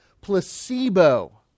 placebo